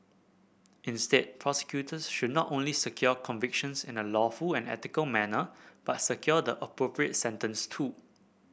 instead prosecutors should not only secure convictions in a lawful and ethical manner but secure the appropriate sentence too